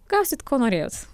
gausit ko norėjot